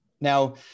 Now